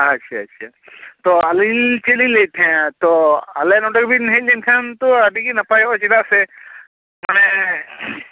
ᱟᱪᱪᱷᱟ ᱟᱪᱪᱷᱟ ᱛᱚ ᱟᱹᱞᱤᱧ ᱪᱮᱫ ᱞᱤᱧ ᱞᱟᱹᱭ ᱮᱫ ᱛᱮᱦᱮᱸᱱᱟ ᱛᱚ ᱟᱞᱮ ᱱᱚᱰᱮ ᱜᱮᱵᱤᱱ ᱦᱮᱡ ᱞᱮᱱ ᱠᱷᱟᱱ ᱛᱚ ᱟᱹᱰᱤᱜᱮ ᱱᱟᱯᱟᱭᱚᱜᱼᱟ ᱪᱮᱫᱟ ᱥᱮ ᱢᱟᱱᱮ